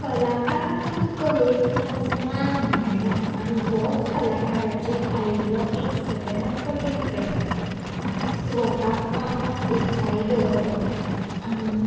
कलाकाराक आनी कलेक आज मान मेळना आनी होच कलाकाराचेर आयिल्लो एक सगळ्यांत कठीण प्रसंग स्वताक कामान उत्साही दवरप आनी